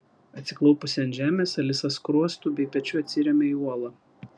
atsiklaupusi ant žemės alisa skruostu bei pečiu atsiremia į uolą